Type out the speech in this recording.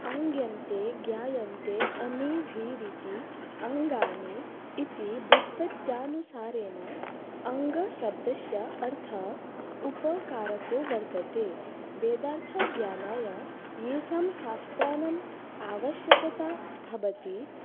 अङ्यन्ते ज्ञायन्ते अमीभिरिति अङ्गानि इति व्युत्पत्त्यनुसारेण अङ्गशब्दस्य अर्थः उपकारको वर्तते वेदार्थज्ञानाय येषां शास्त्रामाम् आवश्यकता भवति